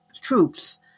troops